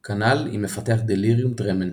– כנ"ל אם מפתח דליריום טרמנס.